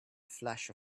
flash